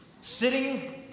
Sitting